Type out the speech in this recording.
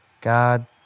God